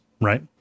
right